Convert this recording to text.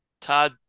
Todd